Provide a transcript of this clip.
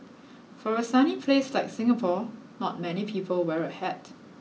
for a sunny place like Singapore not many people wear a hat